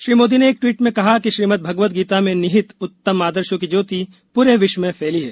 श्री मोदी ने एक दवीट में कहा कि श्रीमद भगवद गीता में निहित उत्तम आदशोँ की ज्योति पूरे विश्व में फैली है